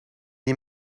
die